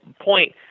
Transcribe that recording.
point